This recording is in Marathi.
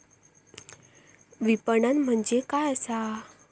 विपणन म्हणजे काय असा?